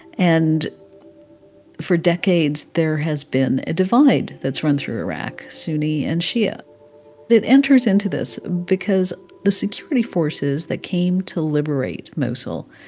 and for decades, there has been a divide that's run through iraq sunni and shia that enters into this because the security forces that came to liberate mosul